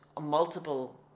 multiple